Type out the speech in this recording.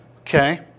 Okay